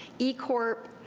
ecorp,